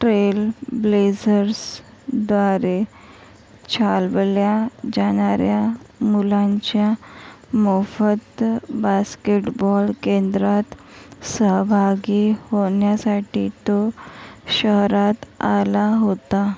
trail ब्लेझर्सद्वारे चालवल्या जाणाऱ्या मुलांच्या मोफत बास्केटबॉल केंद्रात सहभागी होण्यासाठी तो शहरात आला होता